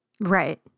Right